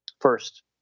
first